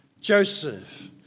Joseph